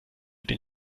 den